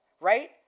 right